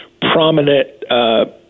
prominent